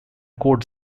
code